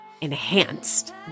enhanced